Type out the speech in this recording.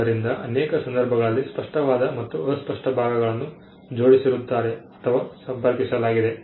ಆದ್ದರಿಂದ ಅನೇಕ ಸಂದರ್ಭಗಳಲ್ಲಿ ಸ್ಪಷ್ಟವಾದ ಮತ್ತು ಅಸ್ಪಷ್ಟ ಭಾಗಗಳನ್ನು ಜೋಡಿಸಿರುತ್ತಾರೆ ಅಥವಾ ಸಂಪರ್ಕಿಸಲಾಗಿದೆ